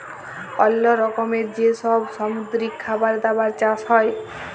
অল্লো রকমের যে সব সামুদ্রিক খাবার দাবার চাষ হ্যয়